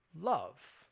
love